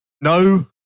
No